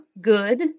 good